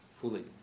fully